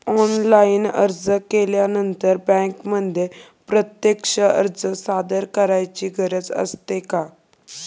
Online अर्ज केल्यानंतर बँकेमध्ये प्रत्यक्ष अर्ज सादर करायची गरज असते का?